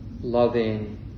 loving